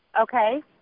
okay